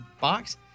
box